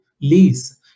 lease